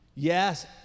Yes